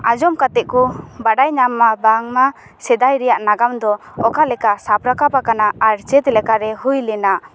ᱟᱡᱚᱢ ᱠᱟᱛᱮᱫ ᱠᱚ ᱵᱟᱰᱟᱭ ᱧᱟᱢ ᱢᱟ ᱵᱟᱝᱢᱟ ᱥᱮᱫᱟᱭ ᱨᱮᱭᱟᱜ ᱱᱟᱜᱟᱢ ᱫᱚ ᱚᱠᱟ ᱞᱮᱠᱟ ᱥᱟᱵ ᱨᱟᱠᱟᱵ ᱟᱠᱟᱱᱟ ᱟᱨ ᱪᱮᱫ ᱞᱮᱠᱟ ᱨᱮ ᱦᱩᱭᱞᱮᱱᱟ